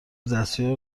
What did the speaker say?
دستیار